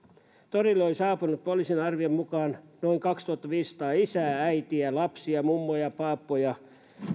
torille oli saapunut poliisin arvion mukaan noin kaksituhattaviisisataa isää äitiä lasta mummoa paappaa ja